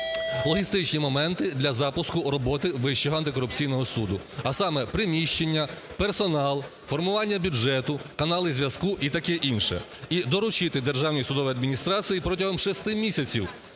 логістичні моменти для запуску роботи Вищого антикорупційного суду, а саме: приміщення, персонал, формування бюджету, канали зв'язку і таке інше. І доручити Державній судовій адміністрації протягом шести місяців